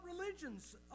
religions